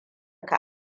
ka